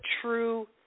true